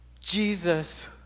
Jesus